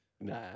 Nah